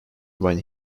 when